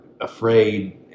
afraid